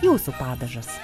jūsų padažas